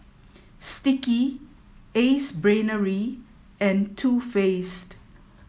Sticky Ace Brainery and Too Faced